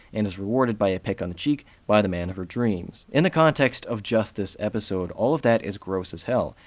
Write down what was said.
and is rewarded by a peck on the cheek by the man of her dreams. in the context of just this episode, all of that is gross as hell,